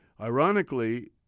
Ironically